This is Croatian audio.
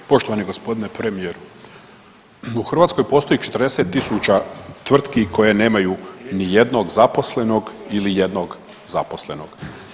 Poštovani g. premijeru, u Hrvatskoj postoji 40.000 tvrtki koje nemaju nijednog zaposlenog ili jednog zaposlenog.